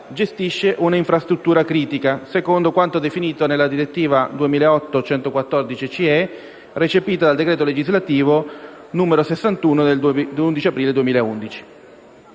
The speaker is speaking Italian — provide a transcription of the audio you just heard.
gestisce una infrastruttura critica secondo quanto definito nella direttiva 2008/114/CE, recepita dal decreto legislativo 11 aprile 2011,